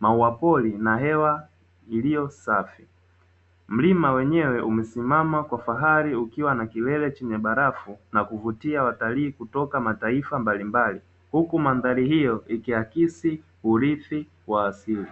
maua pori na hewa iliyosafi mlima wenyewe umesimama kwa fahari ukiwa na kilele chenye barafu na kuvutia, watalii kutoka mataifa mbalimbali huku mandhari hiyo ikiakisi kurithi kwa asili.